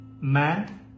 Man